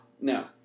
No